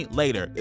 later